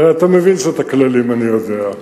הרי אתה מבין שאת הכללים אני יודע.